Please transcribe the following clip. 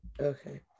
Okay